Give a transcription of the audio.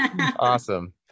Awesome